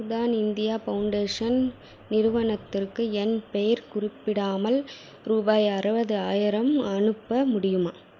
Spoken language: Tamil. உதான் இந்தியா ஃபவுண்டேஷன் நிறுவனத்துக்கு என் பெயர் குறிப்பிடாமல் ரூபாய் அறுபதாயிரம் அனுப்ப முடியுமா